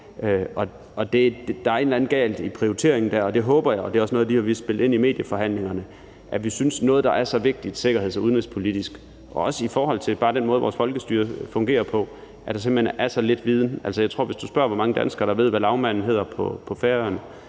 Der er et eller andet galt i prioriteringen der, og det er også noget af det, vi vil spille ind i medieforhandlingerne, altså at der inden for noget, der er så vigtigt sikkerheds- og udenrigspolitisk og også bare i forhold til den måde, vores folkestyre fungerer på, simpelt hen er så lidt viden. Hvis du spørger, hvor mange danskere, der ved, hvad lagmanden på Færøerne